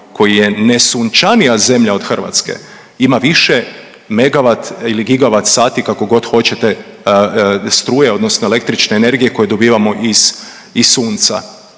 koji je nesunčanija zemlja od Hrvatske, ima više megavat ili gigavat sati, kako god hoćete, struje, odnosno električne energije koji dobivamo iz sunca.